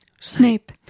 Snape